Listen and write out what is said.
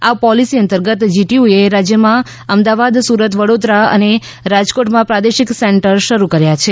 આ પોલીસી અંતર્ગ જીટીયુએ રાજ્યમાં અમદાવાદ સુરત વડોદરા અને રાજકોટમાં પ્રાદેશિક સેન્ટર શરૂ કર્યા છે